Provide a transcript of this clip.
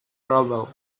travel